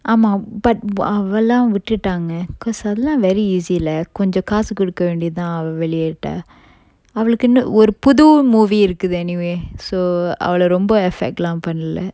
ஆமா:aama but அவள விட்டுடாங்க:avalavittutanga because அதலாம்:athalam very easy leh கொஞ்ச காசு குடுக்க வேண்டியது தான் அவ வெளிய விட்டா அவளுக்குன்னு ஒரு புது:konja kasu kudukka vendiyathu than ava veliya vitta avalukkunnu oru puthu movie இருக்குது:irukkuthu anyway so அவள ரொம்ப:avala romba effect lah பண்ணல:pannala